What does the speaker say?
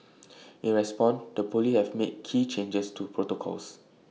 in response the Police have made key changes to protocols